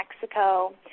Mexico